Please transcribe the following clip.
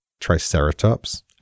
Triceratops